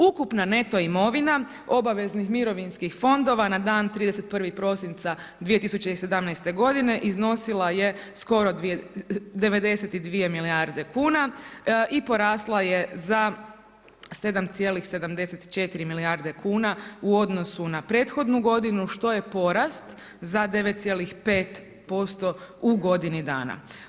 Ukupna NETO imovina obaveznih mirovinskih fondova na dan 31. prosinca 2017. godine iznosila je skoro 92 milijarde kuna i porasla je za 7,74 milijarde kuna u odnosu na prethodnu godinu što je porast za 9,5% u godini dana.